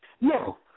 No